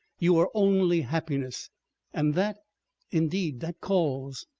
you are only happiness and that indeed that calls!